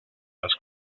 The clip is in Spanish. las